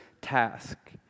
task